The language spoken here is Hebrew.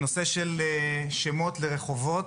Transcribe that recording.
הנושא של שמות לרחובות,